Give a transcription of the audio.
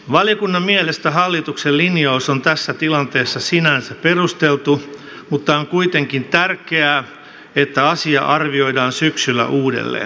valiokunnan mielestä hallituksen linjaus on tässä tilanteessa sinänsä perusteltu mutta on kuitenkin tärkeää että asia arvioidaan syksyllä uudelleen